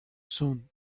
sun